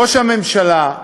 ראש הממשלה,